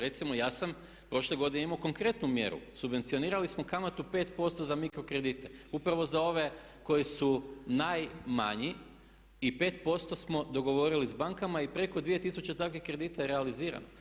Recimo ja sam prošle godine imao konkretnu mjeru, subvencionirali smo kamatu 5% za mikro kredite, upravo za ove koji su najmanji i 5% smo dogovorili s bankama i preko 2000 takvih kredita je realizirano.